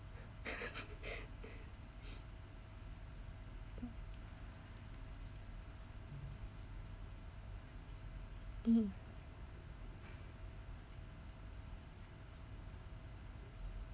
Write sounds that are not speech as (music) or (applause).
(laughs) (noise) mm